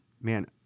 man